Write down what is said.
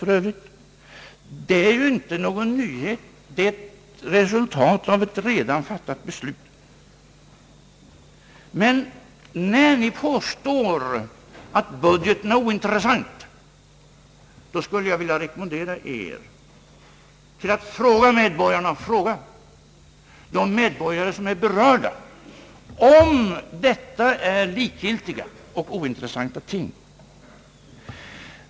Det är visserligen inte någon nyhet, utan resultat av ett redan tidigare fattat beslut: När ni påstår att budgeten är ointressant skulle jag vilja rekommendera er att fråga de medborgare som berörs av åtgärderna i fråga om detta är likgiltiga och ointressanta ting.